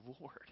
Lord